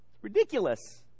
Ridiculous